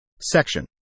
Section